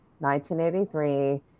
1983